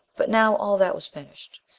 but now all that was finished.